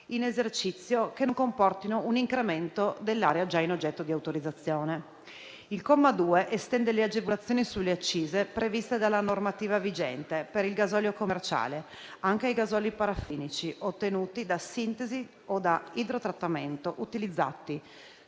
in esercizio che non comportino un incremento dell'area già oggetto di autorizzazione. Il comma 2 estende le agevolazioni sulle accise previste dalla normativa vigente per il gasolio commerciale anche ai gasoli paraffinici ottenuti da sintesi o da idrotrattamento utilizzati,